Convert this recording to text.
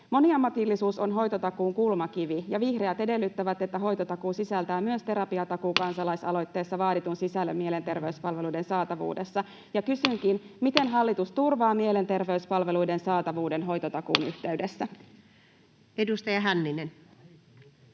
Moniammatillisuus on hoitotakuun kulmakivi, ja vihreät edellyttävät, että hoitotakuu sisältää myös Terapiatakuu-kansalaisaloitteessa vaaditun sisällön mielenterveyspalveluiden saatavuudessa. Ja kysynkin: miten hallitus turvaa mielenterveyspalveluiden saatavuuden hoitotakuun yhteydessä? [Speech